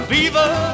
Beaver